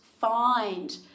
find